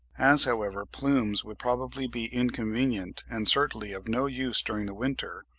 as, however, plumes would probably be inconvenient and certainly of no use during the winter,